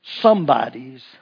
somebody's